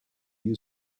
you